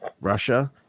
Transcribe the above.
Russia